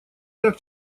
как